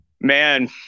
Man